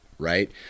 Right